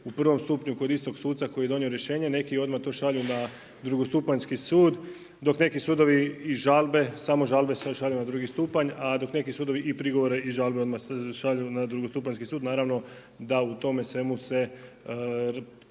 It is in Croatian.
u prvom stupnju kod istog suca koji je donio rješenje. Neki odmah to šalju na drugostupanjski sud, dok neki sudovi i žalbe, samo žalbe se šalju na drugi stupanj, a dok neki sudovi i prigovore i žalbe odmah šalju na drugostupanjski sud. Naravno da u tome svemu se